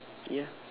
ya